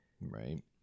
right